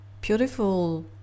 beautiful